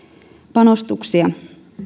panostuksia